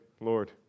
Lord